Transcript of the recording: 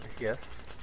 yes